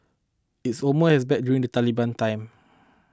it's almost as bad during the Taliban time